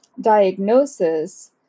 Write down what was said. diagnosis